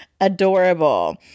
adorable